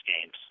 games